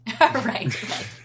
Right